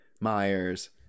Myers